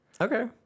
Okay